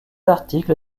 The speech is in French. article